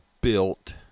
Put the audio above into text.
built